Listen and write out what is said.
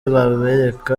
babereka